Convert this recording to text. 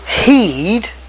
heed